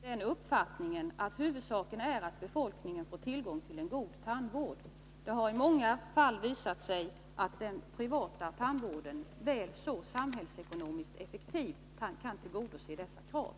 Herr talman! Moderaterna har i denna fråga den uppfattningen att huvudsaken är att befolkningen får tillgång till en god tandvård. Det har i många fall visat sig att den privata tandvården samhällsekonomiskt väl så effektivt kan tillgodose detta krav.